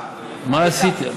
מה עשיתם?